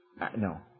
no